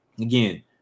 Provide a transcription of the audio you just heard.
again